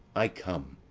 i come!